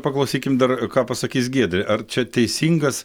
paklausykim dar ką pasakys giedrė ar čia teisingas